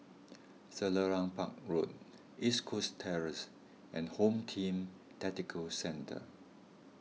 Selarang Park Road East Coast Terrace and Home Team Tactical Centre